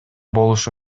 болушу